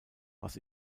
was